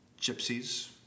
Gypsies